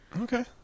Okay